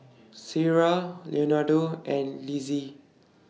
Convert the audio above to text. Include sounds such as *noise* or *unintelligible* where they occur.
Sierra Leonardo and *unintelligible*